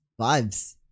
Vibes